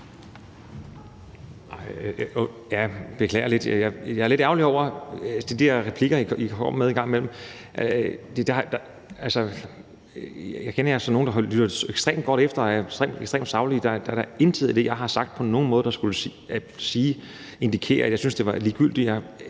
Jeg beklager lidt. Jeg er lidt ærgerlig over de her replikker, I kommer med en gang imellem. Altså, jeg kender jer som nogle, der lytter ekstremt godt efter og er ekstremt saglige, og der er da intet af det, jeg har sagt, der på nogen måde skulle indikere, at jeg syntes, at det var ligegyldigt.